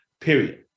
period